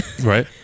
right